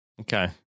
Okay